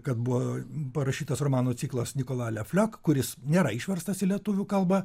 kad buvo parašytas romanų ciklas nikolia le fliok kuris nėra išverstas į lietuvių kalbą